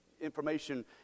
information